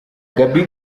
gaby